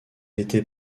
était